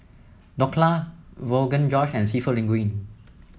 Dhokla Rogan Josh and seafood Linguine